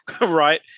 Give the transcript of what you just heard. right